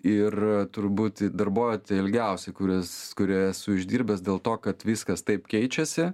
ir turbūt darbo ilgiausiai kuris kurioj esu išdirbęs dėl to kad viskas taip keičiasi